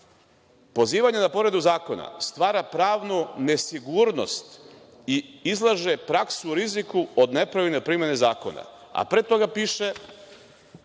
pozivanje na povredu zakona stvara pravnu nesigurnost i izlaže praksu u riziku od nepravilneprimene zakona, a pre toga piše